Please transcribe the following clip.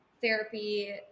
therapy